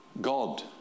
God